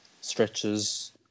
stretches